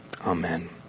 Amen